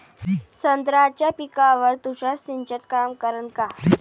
संत्र्याच्या पिकावर तुषार सिंचन काम करन का?